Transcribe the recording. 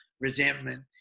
resentment